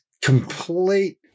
complete